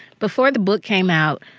before the book came out,